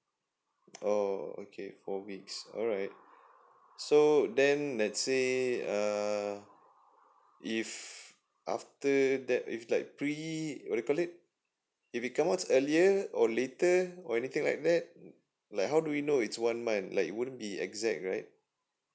oh okay four weeks alright so then let's say uh if after that if that if like pre what do you call it it come out earlier or later or anything like that like how do you know it's one month like won't be exact right